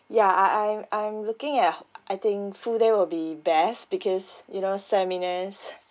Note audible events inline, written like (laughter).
(breath) ya I I'm I'm looking at ho~ I think full day will be best because you know seminars (breath)